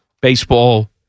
baseball